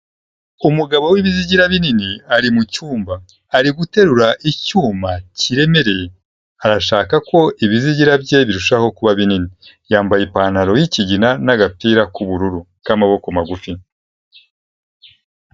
Umugabo w'ibizigira binini ari mu cyumba ari guterura icyuma kiremereye, arashaka ko ibizigira bye birushaho kuba binini. Yambaye ipantaro y'ikigina n'agapira k'ubururu k'amaboko magufi.